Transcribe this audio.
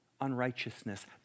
unrighteousness